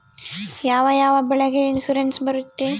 ಯಾವ ಯಾವ ಬೆಳೆಗೆ ಇನ್ಸುರೆನ್ಸ್ ಬರುತ್ತೆ?